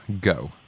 Go